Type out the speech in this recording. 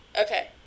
okay